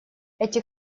эти